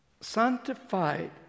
sanctified